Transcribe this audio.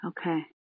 okay